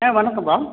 ஆ வணக்கம்ப்பா